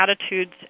attitudes